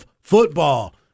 football